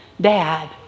dad